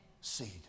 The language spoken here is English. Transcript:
seed